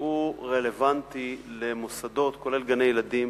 והוא רלוונטי למוסדות, כולל גני-ילדים,